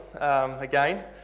again